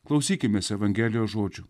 klausykimės evangelijos žodžių